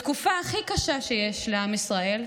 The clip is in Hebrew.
בתקופה הכי קשה שיש לעם ישראל,